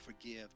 forgive